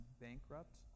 bankrupt